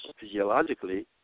physiologically